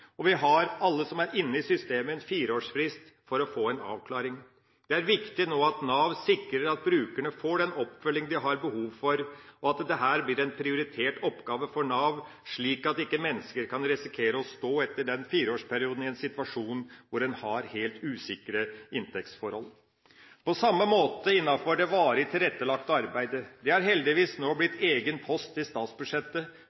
fireårsfrist for å få en avklaring. Det er viktig at Nav sikrer at brukerne får den oppfølging de har behov for, og at dette blir en prioritert oppgave for Nav, slik at ikke mennesker kan risikere – etter den fireårsperioden – å stå i en situasjon hvor en har helt usikre inntektsforhold. Det samme gjelder innenfor det varig tilrettelagte arbeidet. Det er heldigvis nå